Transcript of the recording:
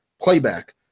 playback